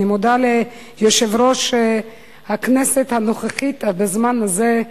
אני מודה ליושב-ראש הכנסת הנוכחית בזמן הזה,